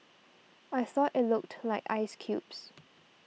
I thought it looked like ice cubes